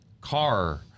car